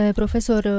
profesor